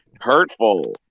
hurtful